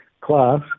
class